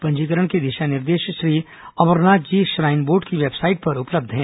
पंजीकरण के दिशा निर्देश श्री अमरनाथ जी श्राइन बोर्ड की वेबसाइट पर उपलब्ध हैं